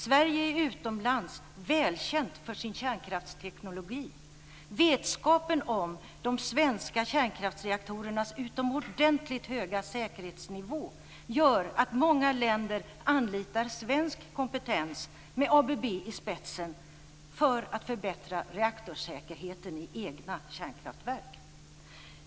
Sverige är utomlands välkänt för sin kärnkraftsteknologi. Vetskapen om de svenska kärnkraftsreaktorernas utomordentligt höga säkerhetsnivå gör att många länder anlitar svensk kompetens med ABB i spetsen för att förbättra reaktorsäkerheten i egna kärnkraftverk.